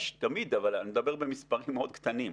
יש תמיד, אבל אני מדבר במספרים מאוד קטנים.